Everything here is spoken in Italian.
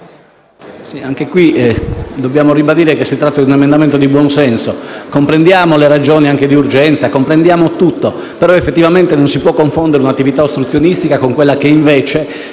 caso dobbiamo ribadire che si tratta di un emendamento di buon senso. Comprendiamo le ragioni di urgenza, comprendiamo tutto, ma non si può confondere un'attività ostruzionistica con quella che invece